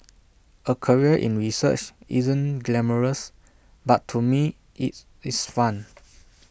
A career in research isn't glamorous but to me it's it's fun